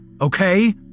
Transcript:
okay